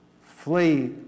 flee